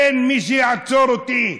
אין מי שיעצור אותי.